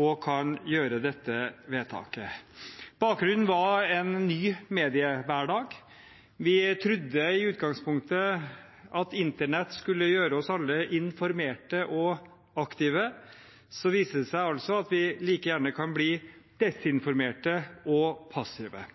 og kan gjøre dette vedtaket. Bakgrunnen var en ny mediehverdag. Vi trodde i utgangspunktet at internett skulle gjøre oss alle informerte og aktive. Så viser det seg at vi like gjerne kan bli desinformerte og passive.